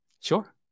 Sure